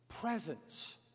Presence